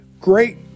great